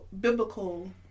biblical